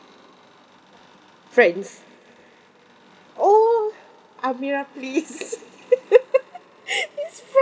friends oh amira please it's